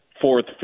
fourth